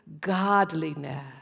godliness